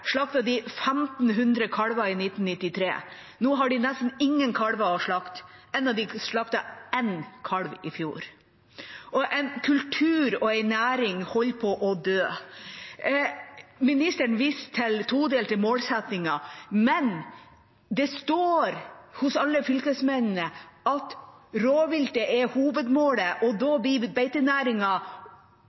de 1 500 kalver i 1993. Nå har de nesten ingen kalver å slakte, enda de slaktet én kalv i fjor. En kultur og en næring holder på å dø. Ministeren viste til den todelte målsettingen, men det står hos alle fylkesmennene at rovviltet er hovedmålet, og da blir